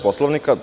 Poslovnika.